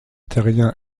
terrien